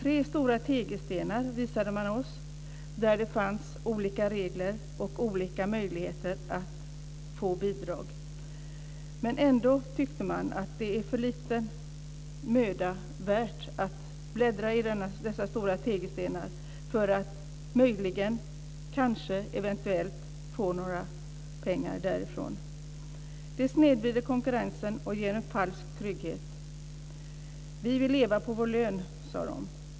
De visade oss tre stora tegelstenar med regler och möjligheter att få bidrag. Ändå tyckte de att det inte var mödan värt att bläddra i de stora tegelstenarna för att eventuellt få pengar i bidrag. Det snedvrider konkurrensen och ger en falsk trygghet. Vi vill leva på vår lön, sade de.